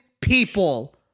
people